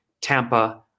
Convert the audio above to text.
Tampa